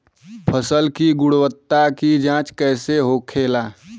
फसल की गुणवत्ता की जांच कैसे होखेला?